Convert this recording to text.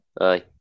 Aye